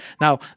Now